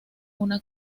una